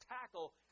tackle